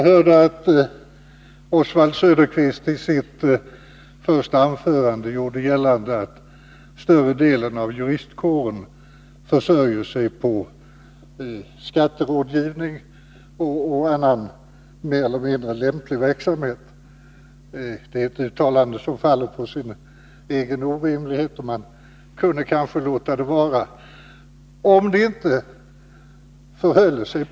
Herr talman! Oswald Söderqvist gjorde i sitt första anförande gällande att större delen av den svenska juristkåren försörjer sig genom skatterådgivning och annan mer eller mindre lämplig verksamhet. Det är ett uttalande som faller på sin egen orimlighet. Man kunde kanske låta det vara oemotsagt.